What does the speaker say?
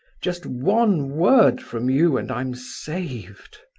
just one word from you, and i'm saved.